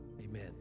Amen